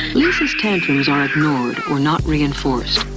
lisa's tantrums are ignored, or not reinforced,